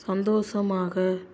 சந்தோஷமாக